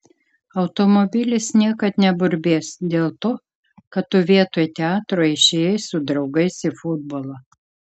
automobilis niekad neburbės dėl to kad tu vietoj teatro išėjai su draugais į futbolą